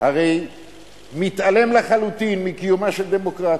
הרי מתעלם לחלוטין מקיומה של דמוקרטיה.